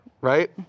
Right